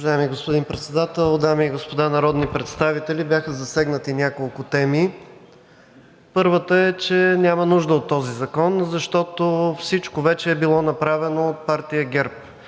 дами и господа народни представители! Бяха засегнати няколко теми. Първата е, че няма нужда от този закон, защото всичко вече е било направено от партия ГЕРБ.